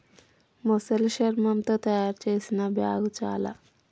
మొసలి శర్మముతో తాయారు చేసిన బ్యాగ్ చాల